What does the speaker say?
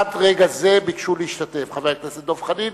עד רגע זה ביקשו להשתתף: חבר הכנסת דב חנין,